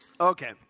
okay